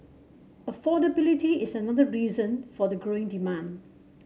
affordability is another reason for the growing demand